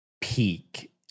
peak